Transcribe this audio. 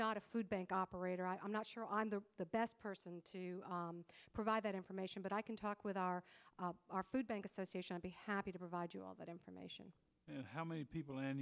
not a food bank operator i'm not sure i'm the the best person to provide that information but i can talk with our our food bank association i'd be happy to provide you all that information how many people